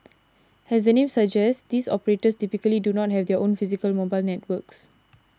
as the name suggests these operators typically do not have their own physical mobile networks